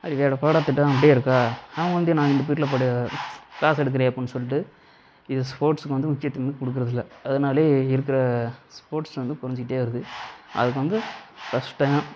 அப்படி வேறு பாடம் திட்டம் அப்படியே இருக்கா அவங்க வந்து நான் அந்த பீரியட்டில் படி க்ளாஸ் எடுக்கிறேன் அப்படின்னு சொல்லிட்டு இது ஸ்போர்ட்ஸ்க்கு வந்து முக்கியத்துவமே கொடுக்குறதில்ல அதனாலேயே இருக்கிற ஸ்போர்ட்ஸ் வந்து குறஞ்சிக்கிட்டே வருது அதுக்கு வந்து ஃபஸ்ட் டயம்